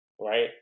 right